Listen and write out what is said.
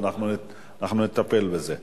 ואנחנו נטפל בזה.